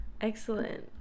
Excellent